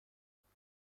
فشارد